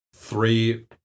Three